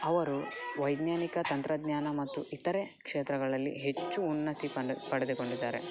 ಅವರು ವೈಜ್ಞಾನಿಕ ತಂತ್ರಜ್ಞಾನ ಮತ್ತು ಇತರೆ ಕ್ಷೇತ್ರಗಳಲ್ಲಿ ಹೆಚ್ಚು ಉನ್ನತಿ ಪನ್ ಪಡೆದುಕೊಂಡಿದ್ದಾರೆ